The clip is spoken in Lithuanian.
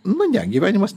nu ne gyvenimas